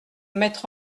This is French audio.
mettre